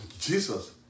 Jesus